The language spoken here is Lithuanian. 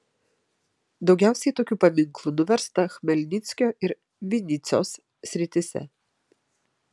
daugiausiai tokių paminklų nuversta chmelnyckio ir vinycios srityse